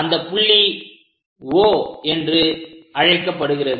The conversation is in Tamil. அந்த புள்ளி O என்று அழைக்கப்படுகிறது